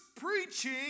preaching